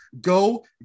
Go